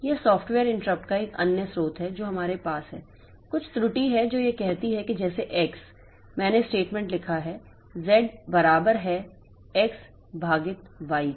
यह software interrupt का एक अन्य स्रोत है जो हमारे पास है कुछ त्रुटि है जो यह कहती है जैसे x मैंने स्टेटमेंट लिखा है z बराबर है x भागित y के